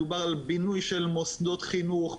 מדובר על בינוי של מוסדות חינוך,